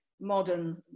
modern